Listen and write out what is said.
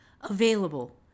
available